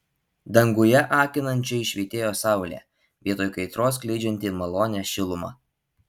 danguje akinančiai švytėjo saulė vietoj kaitros skleidžianti malonią šilumą